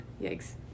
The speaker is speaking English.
Yikes